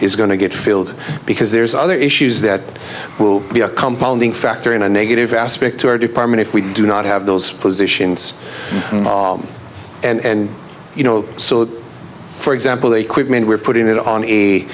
to get filled because there's other issues that will be a compounding factor in a negative aspect to our department if we do not have those positions and you know so for example the equipment we're putting it on a